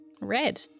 Red